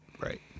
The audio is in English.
Right